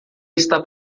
está